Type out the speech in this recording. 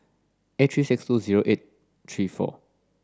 eight three six two zero eight three four